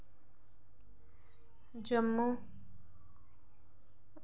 Jammu